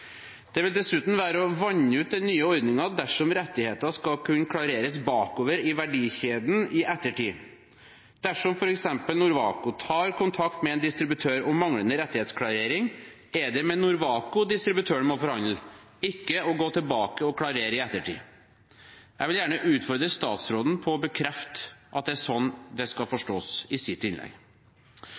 Det vil dessuten være å vanne ut den nye ordningen dersom rettigheter skal kunne klareres bakover i verdikjeden i ettertid. Dersom f.eks. Norwaco tar kontakt med en distributør om manglende rettighetsklarering, er det med Norwaco distributøren må forhandle, ikke ved å gå tilbake og klarere i ettertid. Jeg vil gjerne utfordre statsråden til i sitt innlegg å bekrefte at det er slik det skal forstås.